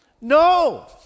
No